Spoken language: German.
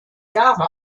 jahre